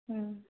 ம்